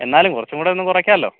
എന്നാലും കുറച്ചുംകൂടെ ഒന്ന് കുറക്കാലോ